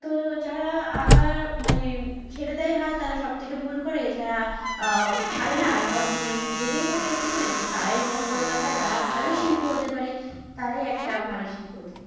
তো যারা আঁকা মানে ছেড়ে দেয় হাল তারা সব থেকে ভুল করে যারা ছাড়ে না কন্টিনিউয়াসলি লেগেই থাকে ওর পিছনে তো তারাই সফলতা পায় তারা ভালো শিল্পী হতে পারে তারাই একটা ভালো শিল্পী হতে পারে